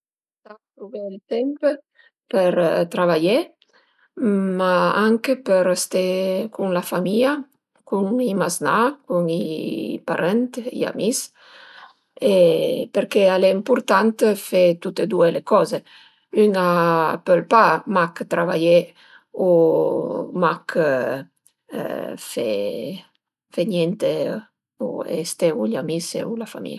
Ëntà truvé ël temp për travaié, ma anche për ste cun la famìa, cun i maznà, cun i parënt, i amis e perché al e impurtant fe tute due le coze, ün a pöl pa mach travaié o mach fe fe niente e ste u i amis e la famìa